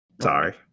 Sorry